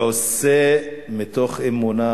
ועושה מתוך אמונה